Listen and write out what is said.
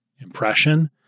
impression